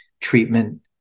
treatment